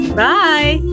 bye